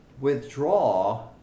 withdraw